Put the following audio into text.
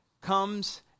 comes